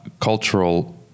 cultural